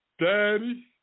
daddy